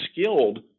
skilled